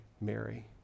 Mary